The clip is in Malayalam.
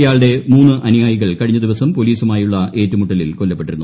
ഇയാളുടെ മൂന്ന് അനുയായികൾ കഴിഞ്ഞ ദിവസം പോലീസുമായുള്ള ഏറ്റുമുട്ടലിൽ കൊല്ലപ്പെട്ടിരുന്നു